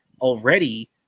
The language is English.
already